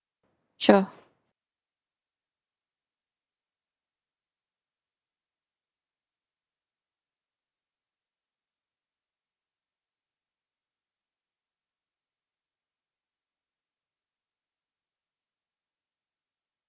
sure